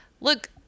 look